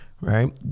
Right